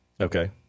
Okay